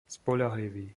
spoľahlivý